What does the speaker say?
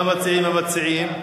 מה מציעים המציעים?